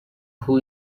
who